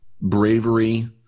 bravery